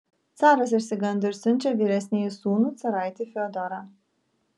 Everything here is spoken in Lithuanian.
caras išsigando ir siunčia vyresnįjį sūnų caraitį fiodorą